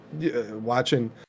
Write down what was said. watching